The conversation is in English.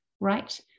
right